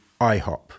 IHOP